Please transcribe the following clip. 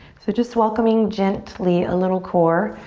so just welcoming gently a little core.